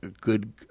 good